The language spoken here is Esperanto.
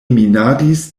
minadis